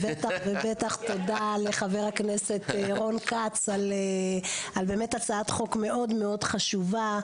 תודה לחבר הכנסת רון כץ על הצעה מאוד חשובה.